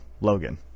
Logan